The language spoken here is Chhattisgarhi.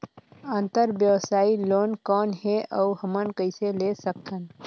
अंतरव्यवसायी लोन कौन हे? अउ हमन कइसे ले सकथन?